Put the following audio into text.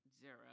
Zero